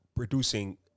producing